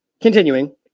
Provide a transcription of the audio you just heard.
Continuing